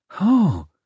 Oh